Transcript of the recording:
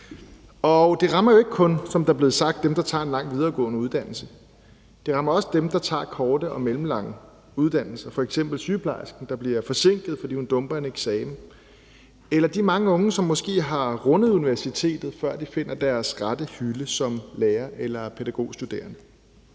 Det rammer jo ikke kun, som der blev sagt, dem, der tager en lang videregående uddannelse. Det rammer også dem, der tager korte og mellemlange uddannelser, f.eks. sygeplejersken, der bliver forsinket, fordi hun dumper en eksamen, eller de mange unge, som måske har rundet universitetet, før de finder deres rette hylde som lærer- eller pædagogstuderende.